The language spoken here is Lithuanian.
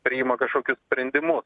priima kažkokius sprendimus